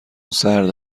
سرد